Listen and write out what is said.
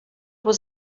was